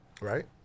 Right